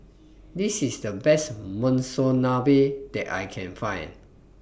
This IS The Best Monsunabe that I Can Find